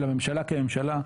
של הממשלה כממשלה.